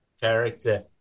character